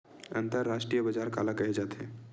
अंतरराष्ट्रीय बजार काला कहे जाथे?